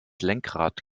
lenkrad